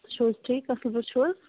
تُہۍ چھُو حظ ٹھیٖک اصل پٲٹھۍ چھُو حظ